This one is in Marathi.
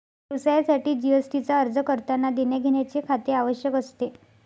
व्यवसायासाठी जी.एस.टी चा अर्ज करतांना देण्याघेण्याचे खाते आवश्यक असते